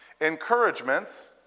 Encouragements